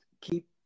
keep